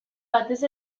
batez